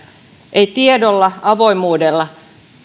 ei tiedolla avoimuudella